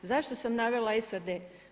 Zašto sam navela SAD?